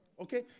Okay